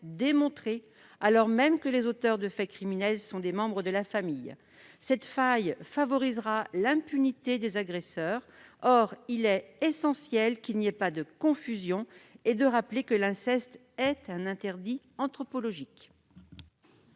démontrée, alors même que les auteurs des faits criminels sont des membres de la famille de la victime. Cette faille favorisera l'impunité des agresseurs. Or il est essentiel d'éviter toute confusion et de rappeler que l'inceste est un interdit anthropologique.